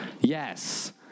Yes